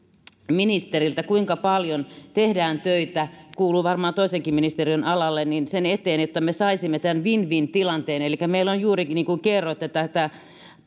ministeriltä kuinka paljon tehdään töitä sen eteen kuuluu varmaan toisenkin ministeriön alalle että me saisimme tämän win win tilanteen elikkä kun meillä on juurikin niin kuin kerroitte tätä